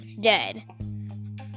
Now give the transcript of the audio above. dead